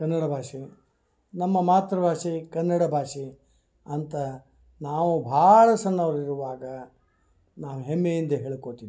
ಕನ್ನಡ ಭಾಷೆ ನಮ್ಮ ಮಾತೃ ಭಾಷೆ ಕನ್ನಡ ಭಾಷೆ ಅಂತ ನಾವು ಭಾಳ ಸಣ್ಣೋರು ಇರುವಾಗ ನಾವು ಹೆಮ್ಮೆಯಿಂದ ಹೇಳ್ಕೊಳ್ತಿದ್ವಿ